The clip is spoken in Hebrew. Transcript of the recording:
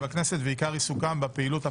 בכנסת ועיקר עיסוקם בפעילות הפרלמנטרית".